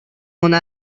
هنر